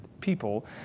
people